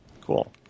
Cool